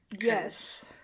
Yes